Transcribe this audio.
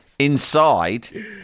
Inside